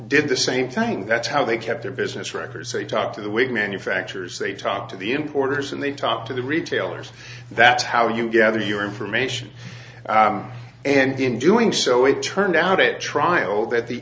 did the same thing that's how they kept their business records so you talk to the whig manufacturers they talk to the importers and they talk to the retailers that's how you gather your information and in doing so it turned out it trial that the